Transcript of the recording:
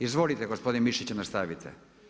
Izvolite gospodine Mišić, nastavite.